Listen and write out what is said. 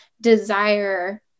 desire